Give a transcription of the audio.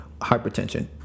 Hypertension